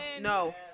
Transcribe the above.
no